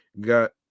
got